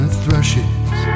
thrushes